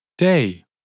Day